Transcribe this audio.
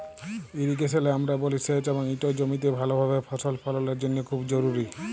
ইরিগেশলে আমরা বলি সেঁচ এবং ইট জমিতে ভালভাবে ফসল ফললের জ্যনহে খুব জরুরি